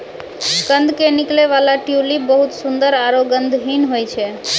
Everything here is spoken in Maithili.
कंद के निकलै वाला ट्यूलिप बहुत सुंदर आरो गंधहीन होय छै